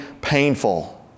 painful